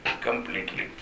completely